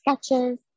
sketches